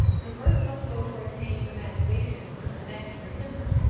the first must go toward paying the men's wages, the next for timber.